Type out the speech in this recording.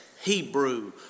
Hebrew